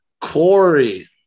Corey